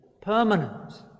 permanent